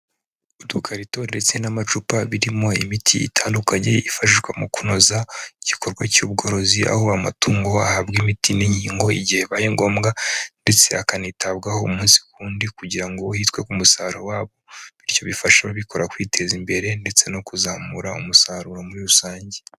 Udukarito ndetse n'amacupa birimo imiti itandukanye, ifashwa mu kunoza igikorwa cy'ubworozi, aho amatungo ahabwa imiti n'inkingo igihe bibaye ngombwa, ndetse hakanitabwaho umunsi ku wundi kugira ngo hitwe ku musaruro wabo. Bityo bifasha bikora kwiteza imbere ndetse no kuzamura umusaruro muri rusange.